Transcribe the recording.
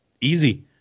easy